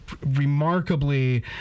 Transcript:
remarkably